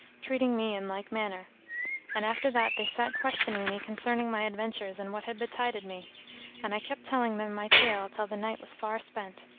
treating me in like manner and after that they sat questioning me concerning my adventures and what had betided me and i kept telling them my tale till the night was far spent.